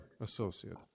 Associate